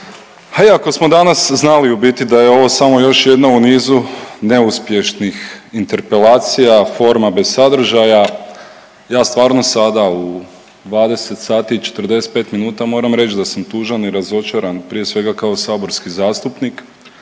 iako smo danas znali u biti da je ovo samo još jedna u nizu neuspješnih interpelacija, forma bez sadržaja ja stvarno sada u 20 sati i 45 minuta moram reći da sam tužan i razočaran prije svega kao saborski zastupnik